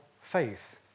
faith